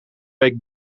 week